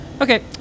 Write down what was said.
Okay